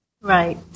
Right